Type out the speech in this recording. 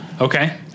Okay